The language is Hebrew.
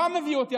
מה מביא אותי,